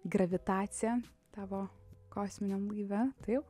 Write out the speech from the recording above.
gravitaciją tavo kosminiam laive taip